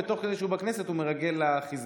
ותוך כדי שהוא בכנסת הוא מרגל לחיזבאללה.